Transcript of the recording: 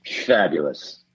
Fabulous